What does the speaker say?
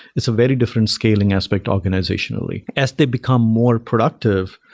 it's a very different scaling aspect organizationally. as they become more productive,